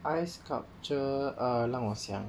ice sculpture err 让我想